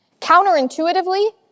Counterintuitively